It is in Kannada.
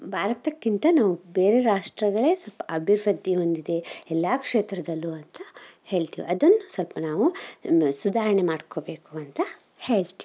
ಭಾರತಕ್ಕಿಂತ ನಾವು ಬೇರೆ ರಾಷ್ಟ್ರಗಳೇ ಸ್ವಲ್ಪ ಅಭಿವೃದ್ದಿ ಹೊಂದಿದೆ ಎಲ್ಲ ಕ್ಷೇತ್ರದಲ್ಲು ಅಂತ ಹೇಳ್ತೀವಿ ಅದನ್ನು ಸ್ವಲ್ಪ ನಾವು ಸುಧಾರಣೆ ಮಾಡಿಕೋಬೇಕು ಅಂತ ಹೇಳ್ತೀನಿ